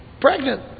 pregnant